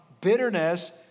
bitterness